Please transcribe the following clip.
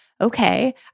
okay